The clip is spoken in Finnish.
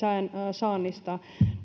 saannista